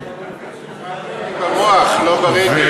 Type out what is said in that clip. אצלך הבעיה היא במוח, לא ברגל.